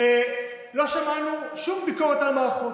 לא שמענו שום ביקורת על המערכות.